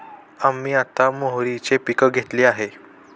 आम्ही आता मोहरीचे पीक घेतले आहे